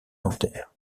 dentaire